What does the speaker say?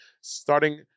starting